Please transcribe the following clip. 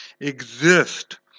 exist